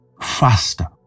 faster